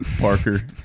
parker